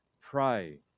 pray